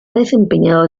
desempeñado